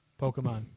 Pokemon